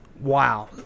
Wow